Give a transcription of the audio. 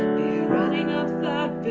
running up that